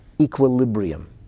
equilibrium